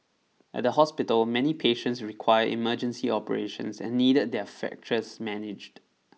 at the hospital many patients required emergency operations and needed their fractures managed